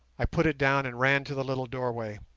i put it down and ran to the little doorway.